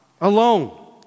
alone